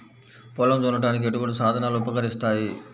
పొలం దున్నడానికి ఎటువంటి సాధనాలు ఉపకరిస్తాయి?